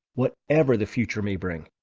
whatever the future may bring.